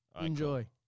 Enjoy